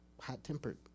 hot-tempered